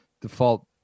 default